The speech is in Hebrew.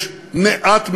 יש מעט מאוד,